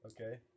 Okay